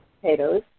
potatoes